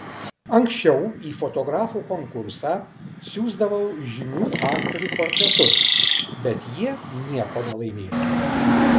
anksčiau į fotografų konkursą siųsdavau žymių aktorių portretus bet jie nieko nelaimėdavo